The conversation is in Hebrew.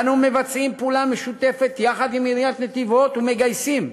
אנו מבצעים פעולה משותפת יחד עם עיריית נתיבות ומגייסים,